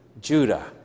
Judah